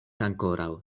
ankoraŭ